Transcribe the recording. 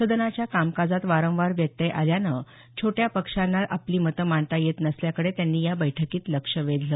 सदनाच्या कामकाजात वारंवार व्यत्यय आल्यानं छोट्या पक्षांना आपली मतं मांडता येत नसल्याकडे त्यांनी या बैठकीत लक्ष वेधलं